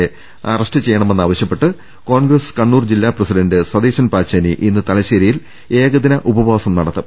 യെ അറസ്റ്റ് ചെയ്യണമെന്നാവശ്യപ്പെട്ട് കോൺഗ്രസ് കണ്ണൂർ ജില്ലാ പ്രസിഡന്റ സതീശൻ പാച്ചേനി ഇന്ന് തലശ്ശേരിയിൽ ഏകദിന ഉപവാസം നടത്തും